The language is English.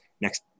next